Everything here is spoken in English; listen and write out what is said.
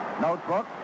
Notebook